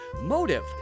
motive